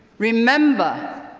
remember,